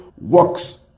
works